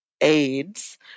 AIDS